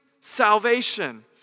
salvation